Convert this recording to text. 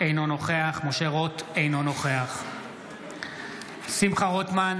אינו נוכח משה רוט, אינו נוכח שמחה רוטמן,